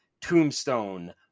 Tombstone